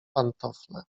pantofle